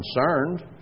concerned